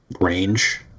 range